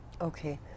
Okay